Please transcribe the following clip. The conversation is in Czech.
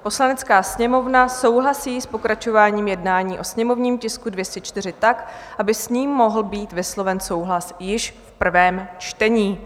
Poslanecká sněmovna souhlasí s pokračováním jednání o sněmovním tisku 204 tak, aby s ním mohl být vysloven souhlas již v prvém čtení.